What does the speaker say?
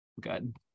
good